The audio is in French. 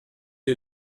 est